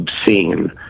obscene